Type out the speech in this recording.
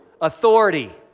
Authority